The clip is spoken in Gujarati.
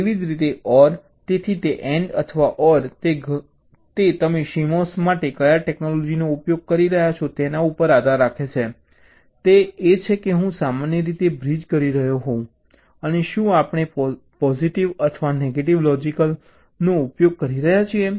એવી જ રીતે OR તેથી તે AND અથવા OR તે તમે CMOS માટે કયા ટેકોનોલોજીનો ઉપયોગ કરી રહ્યા છો તેના ઉપર આધાર રાખે છે તે એ છે કે હું સામાન્ય રીતે બ્રિજ કરી રહ્યો છું અને શું આપણે પોઝિટીવ અથવા નેગેટિવ લોજીકનો ઉપયોગ કરી રહ્યા છીએ